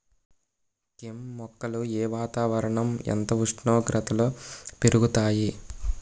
కెమ్ మొక్కలు ఏ వాతావరణం ఎంత ఉష్ణోగ్రతలో పెరుగుతాయి?